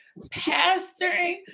pastoring